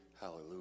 Hallelujah